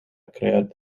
crear